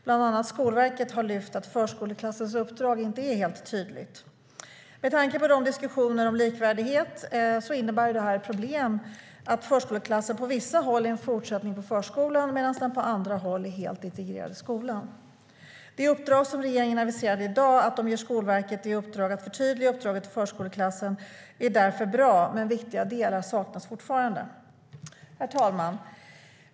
Bland andra Skolverket har lyft fram att förskoleklassens uppdrag inte är helt tydligt. Med tanke på diskussionerna om likvärdighet innebär det ett problem att förskoleklassen på vissa håll är en fortsättning på förskolan medan den på andra håll är helt integrerad i skolan. Det som regeringen aviserar i dag, att de ger Skolverket i uppdrag att förtydliga uppdraget för förskoleklassen, är därför bra, men viktiga delar saknas fortfarande. Herr talman!